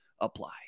apply